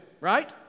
right